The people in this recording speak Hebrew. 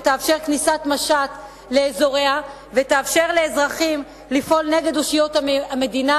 שתאפשר כניסת משט לאזוריה ותאפשר לאזרחים לפעול נגד אושיות המדינה,